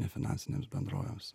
nefinansinėms bendrovėms